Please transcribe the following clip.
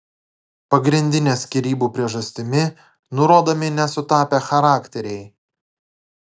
pagrindinė skyrybų priežastimi nurodomi nesutapę charakteriai